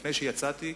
לפני שיצאתי,